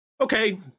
Okay